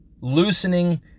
loosening